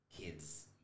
kids